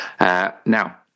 Now